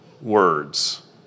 words